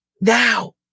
now